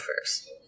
first